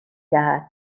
دهد